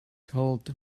held